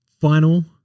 final